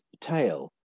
tail